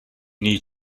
need